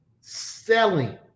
selling